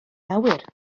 awyr